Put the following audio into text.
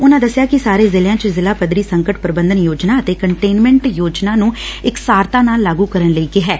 ਉਨੂਾਂ ਦਸਿਆ ਕਿ ਸਾਰੇ ਜ਼ਿਲ਼ਿਆਂ ਚ ਜ਼ਿਲਾਂ ਪੱਧਰੀ ਸੰਕਟ ਪ੍ਰਬੰਧਨ ਯੋਜਨਾ ਅਤੇ ਕੰਟੇਨਮੈਟ ਯੋਜਨਾ ਨੂੰ ਇਕਸਾਰਤਾ ਨਾਲ ਲਾਗੁ ਕਰਨ ਲਈ ਕਿਹੈ